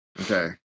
Okay